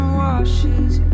washes